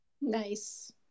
nice